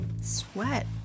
sweat